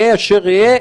יהיה אשר יהיה,